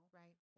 right